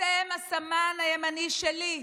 אתם הסמן הימני שלי.